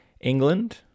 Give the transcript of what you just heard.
England